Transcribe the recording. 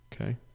Okay